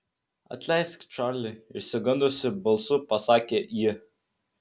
atleisk čarli išsigandusi balsu pasakė ji